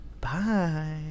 Bye